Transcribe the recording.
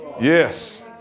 Yes